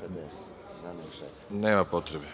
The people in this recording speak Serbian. kratko.)Nema potrebe.